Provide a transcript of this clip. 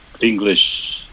English